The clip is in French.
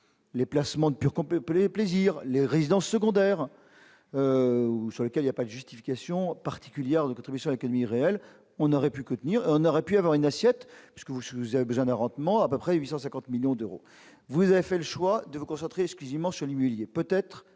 les placements de pur plaisir, les résidences secondaires, sur lesquels il n'y a pas de justification particulière à la contribution à l'économie réelle, on aurait pu avoir une assiette, puisque vous avez besoin d'un rendement, à peu près 850 millions d'euros. Vous avez fait le choix de vous concentrer exclusivement sur l'immobilier, peut-être